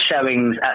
showings